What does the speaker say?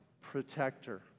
protector